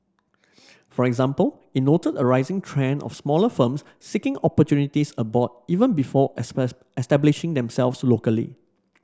for example it noted a rising trend of smaller firms seeking opportunities abroad even before establishing themselves locally